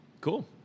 Cool